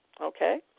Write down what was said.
okay